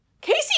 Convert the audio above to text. Casey